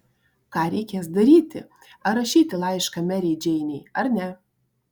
ką reikės daryti ar rašyti laišką merei džeinei ar ne